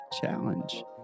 Challenge